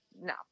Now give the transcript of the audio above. no